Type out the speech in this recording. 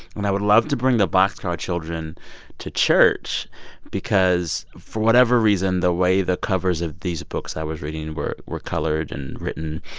and i would love to bring the boxcar children to church because for whatever reason, the way the covers of these books i was reading were were colored and written,